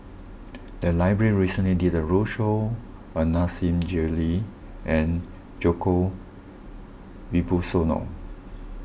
the library recently did a roadshow on Nasir Jalil and Djoko Wibisono